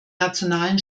nationalen